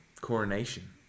coronation